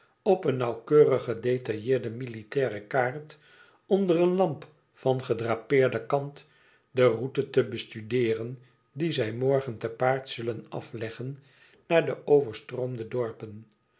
op een nauwkeurig gedetailleerde militaire kaart onder een lamp van gedrapeerde kant de route te bestudeeren die zij morgen te paard zullen afleggen naar de overstroomde dorpen